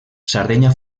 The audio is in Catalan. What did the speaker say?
sardenya